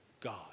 God